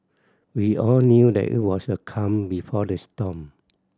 we all knew that it was the calm before the storm